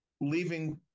leaving